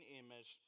image